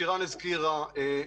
כמו שהזכירה שירן,